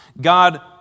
God